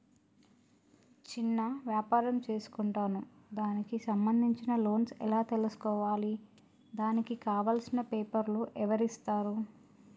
చిన్న వ్యాపారం చేసుకుంటాను దానికి సంబంధించిన లోన్స్ ఎలా తెలుసుకోవాలి దానికి కావాల్సిన పేపర్లు ఎవరిస్తారు?